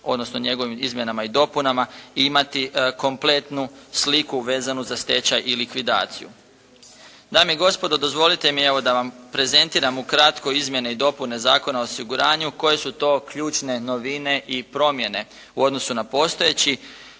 odnosno njegovim izmjenama i dopunama imati kompletnu sliku vezanu za stečaj i likvidaciju. Dame i gospodo, dozvolite mi, evo da vam prezentiram ukratko Izmjene i dopune Zakona o osiguranju, koje su to ključne novine i promjene u odnosu na postojeći.